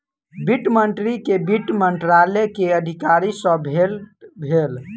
वित्त मंत्री के वित्त मंत्रालय के अधिकारी सॅ भेट भेल